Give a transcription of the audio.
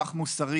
כך מוסר.